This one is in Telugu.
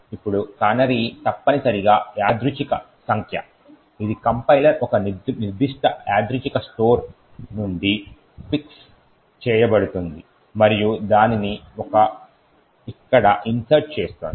ఇప్పుడు కానరీ తప్పనిసరిగా యాదృచ్ఛిక సంఖ్య ఇది కంపైలర్ ఒక నిర్దిష్ట యాదృచ్ఛిక స్టోర్ నుండి ఫిక్స్ చేయబడుతుంది మరియు దానిని ఇక్కడ ఇన్సర్ట్ చేస్తుంది